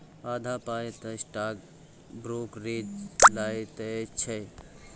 आधा पाय तँ स्टॉक ब्रोकरेजे लए लैत छै